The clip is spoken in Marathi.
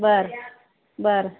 बरं बरं